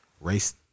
race